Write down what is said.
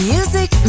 Music